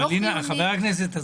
אתה יודע, יוקר המחיה עולה.